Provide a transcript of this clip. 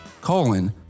colon